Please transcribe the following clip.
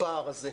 הפער הזה.